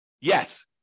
Yes